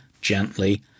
gently